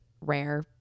rare